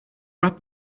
rap